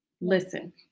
listen